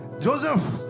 joseph